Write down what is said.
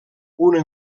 punt